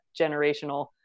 generational